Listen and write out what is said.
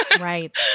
Right